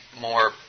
more